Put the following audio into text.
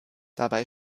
dabei